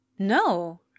No